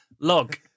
log